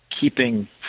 keeping